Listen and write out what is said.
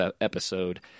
episode